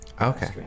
Okay